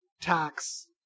tax